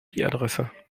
adresse